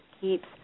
keeps